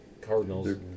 Cardinals